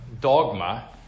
dogma